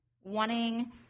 wanting